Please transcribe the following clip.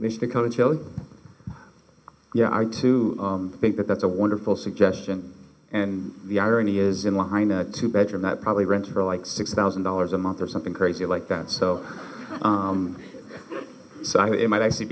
charlie yeah i too think that that's a wonderful suggestion and the irony is in line a two bedroom that probably rents for like six thousand dollars a month or something crazy like that so it might actually